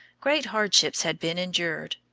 great hardships had been endured,